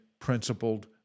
principled